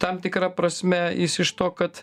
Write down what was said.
tam tikra prasme jis iš to kad